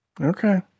Okay